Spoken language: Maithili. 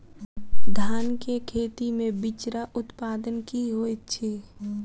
धान केँ खेती मे बिचरा उत्पादन की होइत छी?